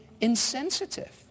insensitive